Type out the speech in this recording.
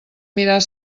mirar